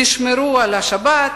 תשמרו על השבת".